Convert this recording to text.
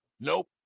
Nope